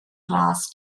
glass